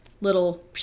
little